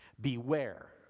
beware